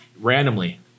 randomly